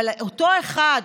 אבל אותו אחד,